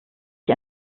ich